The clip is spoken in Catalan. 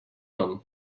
nom